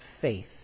faith